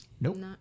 Nope